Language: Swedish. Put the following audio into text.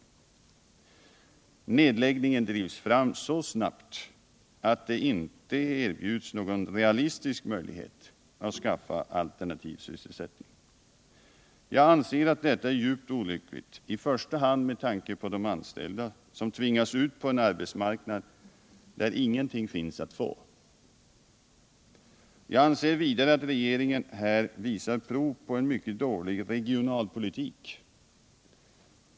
Nedläggningen drivs fram så snabbt att det inte erbjuds någon realistisk möjlighet att skapa alternativ sysselsättning. Jag anser att detta är djupt olyckligt, i första hand med tanke på de anställda, som tvingas ut på en arbetsmarknad där ingenting finns att få. Jag anser vidare att regeringen här visar prov på en mycket dålig regionalpolitik.